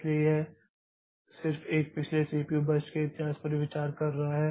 इसलिए यह सिर्फ एक पिछले सीपीयू बर्स्ट के इतिहास पर विचार कर रहा है